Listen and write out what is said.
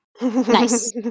Nice